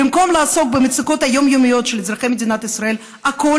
במקום לעסוק במצוקות היומיומיות של אזרחי מדינת ישראל הכול